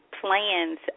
plans